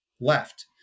left